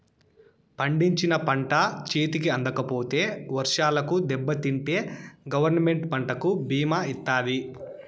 పండించిన పంట చేతికి అందకపోతే వర్షాలకు దెబ్బతింటే గవర్నమెంట్ పంటకు భీమా ఇత్తాది